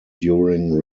during